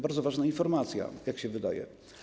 Bardzo ważna informacja, jak się wydaje.